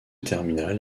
terminal